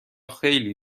خیلی